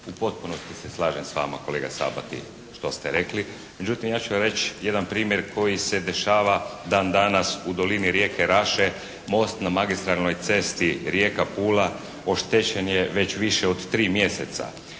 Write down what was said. U potpunosti se slažem sa vama kolega Sabati šta ste rekli. Međutim ja ću vam reći jedan primjer koji se dešava dan danas u dolini rijeke Raše, most na magistralnoj cesti Rijeka – Pula oštećen je već više od 3 mjeseca.